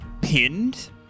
pinned